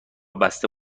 بسته